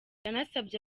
yanasabye